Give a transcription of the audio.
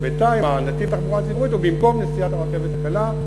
בינתיים נתיב התחבורה הציבורית הוא במקום נסיעת הרכבת הקלה.